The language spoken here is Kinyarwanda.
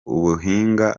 ubuhinga